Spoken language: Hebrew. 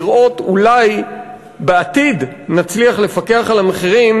לראות אולי נצליח לפקח על המחירים